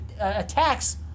attacks